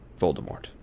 Voldemort